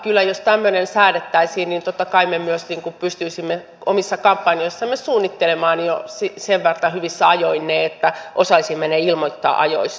kyllä jos tämmöinen säädettäisiin niin totta kai me myös pystyisimme omat kampanjamme suunnittelemaan jo sen verran hyvissä ajoin että osaisimme ne ilmoittaa ajoissa